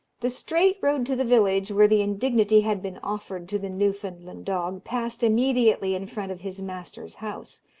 the straight road to the village where the indignity had been offered to the newfoundland dog passed immediately in front of his master's house,